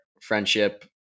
friendship